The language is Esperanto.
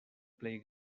plej